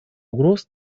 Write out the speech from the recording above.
угроз